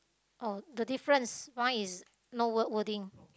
oh the difference mine is no word wording